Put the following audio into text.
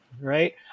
right